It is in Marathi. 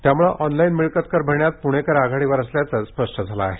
त्यामुळे ऑनलाइन मिळकत कर भरण्यात प्णेकर आघाडीवर असल्याचं स्पष्ट झालं आहे